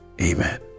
amen